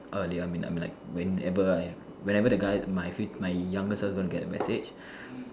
earlier I mean like I mean like whenever I whenever the guy my f~ my younger self is gonna get the message